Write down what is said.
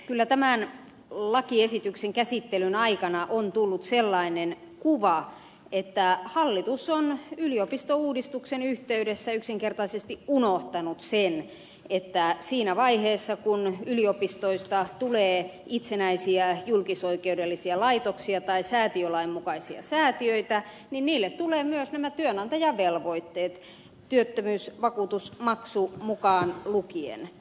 kyllä tämän lakiesityksen käsittelyn aikana on tullut sellainen kuva että hallitus on yliopistouudistuksen yhteydessä yksinkertaisesti unohtanut sen että siinä vaiheessa kun yliopistoista tulee itsenäisiä julkisoikeudellisia laitoksia tai säätiölain mukaisia säätiöitä niin niille tulee myös nämä työnantajavelvoitteet työttömyysvakuutusmaksu mukaan lukien